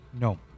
No